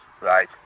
right